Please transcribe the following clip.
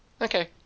Okay